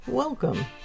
Welcome